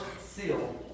seal